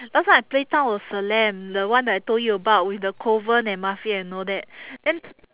last time I play Town of Salem the one that I told you about with the coven and mafia and all that then